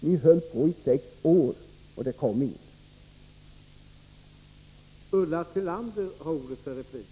Ni höll på i sex år, men det blev ingen vårdnadsersättning.